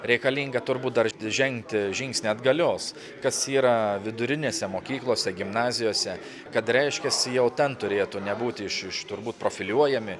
reikalinga turbūt dar žengti žingsnį atgalios kas yra vidurinėse mokyklose gimnazijose kad reiškiasi jau ten turėtų nebūti iš iš turbūt profiliuojami